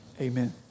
Amen